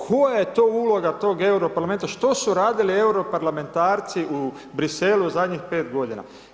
Koja je to uloga tog Euro Parlamenta, što su radili europarlamentarci u Briselu u zadnjih pet godina?